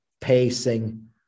pacing